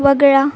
वगळा